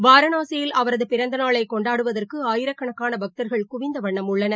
வாரணாசியில் அவரதுபிறந்தநாளைகொண்டாடுவதற்குஆயிரக்கணக்கானபக்தர்கள் குவிந்தவண்ணம் உள்ளனர்